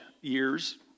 years